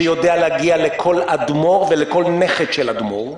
שיודע להגיע לכל אדמו"ר ולכל נכד של אדמו"ר,